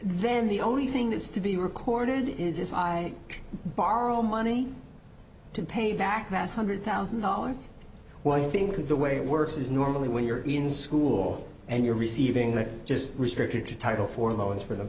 then the only thing that's to be recorded is if i borrow money to pay back that hundred thousand dollars well i think the way it works is normally when you're in school and you're receiving that it's just restricted to title for loans for the